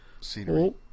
scenery